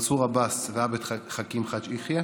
מנסור עבאס ועבד אל חכים חאג' יחיא,